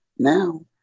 Now